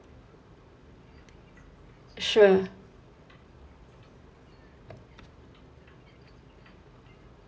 sure